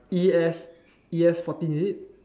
E S E S fourteen is it